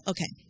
Okay